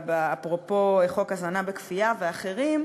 אפרופו חוק הזנה בכפייה ואחרים,